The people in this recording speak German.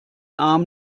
arm